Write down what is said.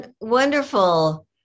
Wonderful